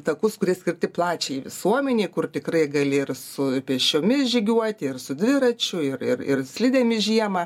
takus kurie skirti plačiajai visuomenei kur tikrai gali ir su pėsčiomis žygiuoti ir su dviračiu ir ir ir slidėmis žiemą